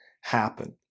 happen